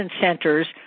Center's